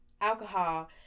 alcohol